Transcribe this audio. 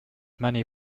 many